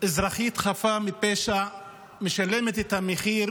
אזרחית חפה מפשע משלמת את המחיר